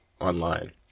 online